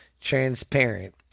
transparent